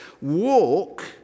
walk